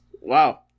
Wow